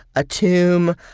a tomb,